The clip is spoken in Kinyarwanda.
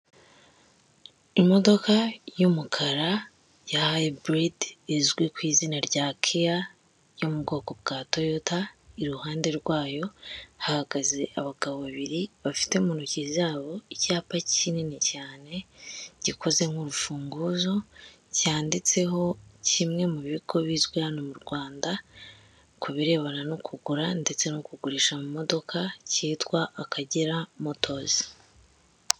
Imodoka y'umukara ya hayiburidi izwi ku izina rya keya yo mu bwoko bwa toyota, iruhande rwayo hahagaze abagabo babiri bafite mu ntoki zabo icyapa kinini cyane gikoze nk'urufunguzo cyanditseho kimwe mu bigo bizwi hano mu rwanda ku birebana no kugura ndetse no kugurisha amamodoka cyitwa akagera motozi.